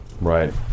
Right